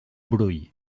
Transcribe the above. brull